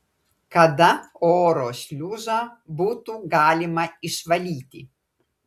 kada oro šliuzą būtų galima išvalyti